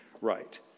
right